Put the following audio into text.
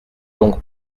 donc